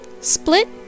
split